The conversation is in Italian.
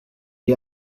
gli